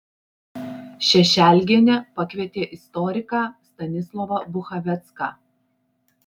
šešelgienė pakvietė istoriką stanislovą buchavecką